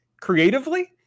creatively